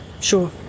Sure